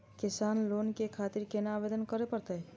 किसान लोन के खातिर केना आवेदन करें परतें?